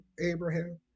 Abraham